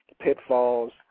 pitfalls